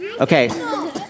Okay